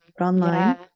Online